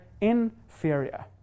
inferior